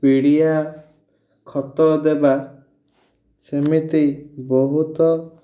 ପିଡ଼ିଆ ଖତ ଦେବା ସେମିତି ବହୁତ